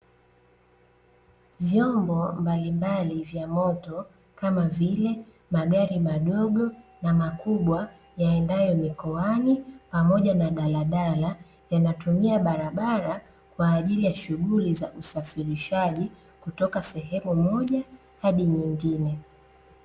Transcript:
Vyombo mbalimbali vya moto kama vile magari madogo na makubwa, yaendayo mikoani pamoja na daladala yanatumia barabara, kwa ajili ya shughuli za usafirishaji kutoka sehemu moja hadi nyingine.